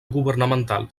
governamental